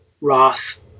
Roth